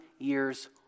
years